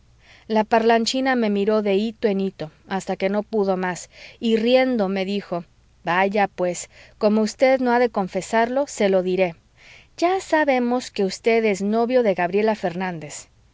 la parlanchina me miró de hito en hito hasta que no pudo más y riendo me dijo vaya pues como usted no ha de confesarlo se lo diré ya sabemos que usted es novio de gabriela fernández